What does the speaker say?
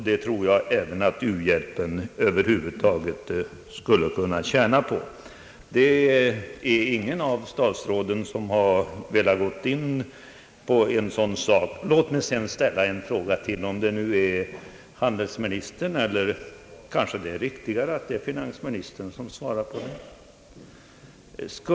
Det tror jag att även u-hjälpen över huvud taget skulle kunna tjäna på. Ingen av statsråden har velat gå in på den saken. Låt mig sedan ställa en fråga till han delsministern — eller det kanske är riktigare att finansministern svarar på den.